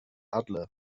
adler